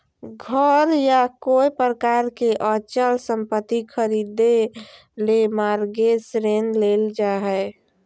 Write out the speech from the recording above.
घर या कोय प्रकार के अचल संपत्ति खरीदे ले मॉरगेज ऋण लेल जा हय